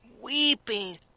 weeping